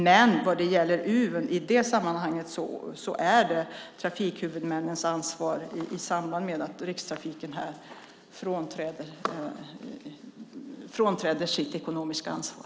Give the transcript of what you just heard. Men när det gäller Uven i detta sammanhang är det trafikhuvudmännens ansvar i samband med att Rikstrafiken här frånträder sitt ekonomiska ansvar.